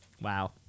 Wow